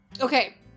Okay